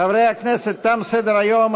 חברי הכנסת, תם סדר-היום.